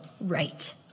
right